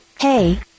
Hey